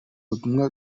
butumwa